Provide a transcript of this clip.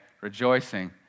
rejoicing